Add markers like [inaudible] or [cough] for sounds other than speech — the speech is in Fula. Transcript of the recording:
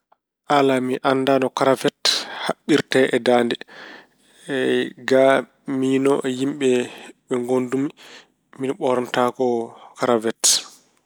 Alaa, mi anndaa no karwet haɓirte e daande. [hesitation] ga, miino e yimɓe ɓe ngondumi, min ɓoornotaako karwet.